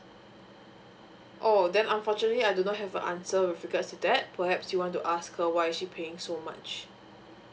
oh then unfortunately I do not have a answer with regard to that perhaps you want to ask her why she paying so much